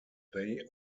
they